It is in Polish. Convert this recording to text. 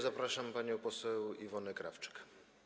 Zapraszam panią poseł Iwonę Krawczyk.